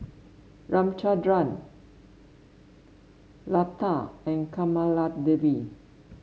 Ramchundra Lata and Kamaladevi